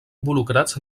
involucrats